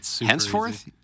henceforth